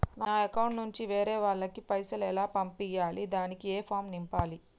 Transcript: నా అకౌంట్ నుంచి వేరే వాళ్ళకు పైసలు ఎలా పంపియ్యాలి దానికి ఏ ఫామ్ నింపాలి?